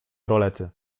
rolety